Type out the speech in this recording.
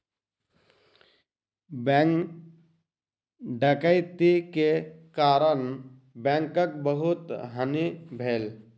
bank डकैती के कारण बैंकक बहुत हानि भेल